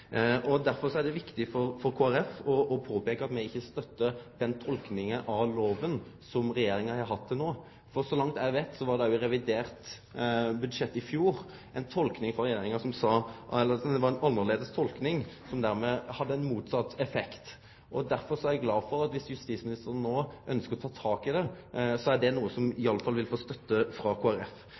Derfor er det viktig for Kristeleg Folkeparti å peike på at me ikkje støttar den tolkinga av loven som Regjeringa har hatt til no, for så langt eg veit, hadde Regjeringa i revidert budsjett i fjor ei annleis tolking, som hadde motsett effekt. Derfor er eg glad for at justisministeren no ønskjer å ta tak i det. Det er noko som i alle fall vil få støtte frå